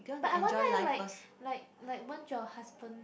but I wonder eh like like like won't your husband